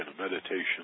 meditation